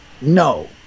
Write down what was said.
No